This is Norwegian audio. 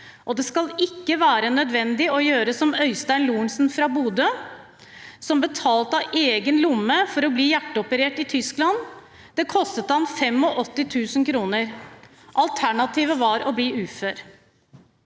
kø. Det skal ikke være nødvendig å gjøre som Øystein Lorentzen fra Bodø, som betalte av egen lomme for å bli hjerteoperert i Tyskland. Det kostet ham 85 000 kr. Alternativet var å bli ufør.